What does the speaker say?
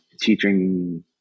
teaching